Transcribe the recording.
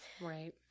Right